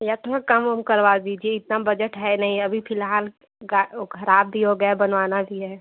या थोड़ा कम उम करवा दीजिए इतना बजट है नहीं अभी फिलहाल गा ओ खराब भी हो गया है बनवाना भी है